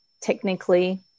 technically